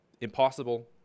Impossible